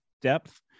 depth